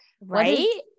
Right